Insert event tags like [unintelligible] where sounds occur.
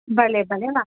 भले भले [unintelligible]